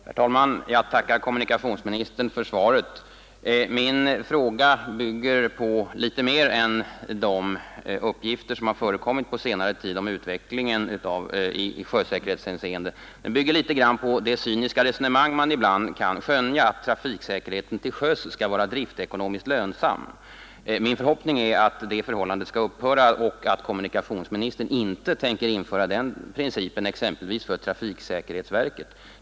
Herr talman! Jag tackar kommunikationsministern för svaret. Min fråga bygger på litet mer än de uppgifter som har förekommit på senare tid om utvecklingen i sjösäkerhetshänseende. Den bygger också på det cyniska resonemang man ibland kan skönja: att trafiksäkerheten till sjöss skall vara driftekonomiskt lönsam. Min förhoppning är att det resonemanget skall upphöra och att kommunikationsministern inte tänker införa den principen exempelvis för trafiksäkerhetsverket.